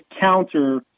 counter